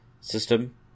system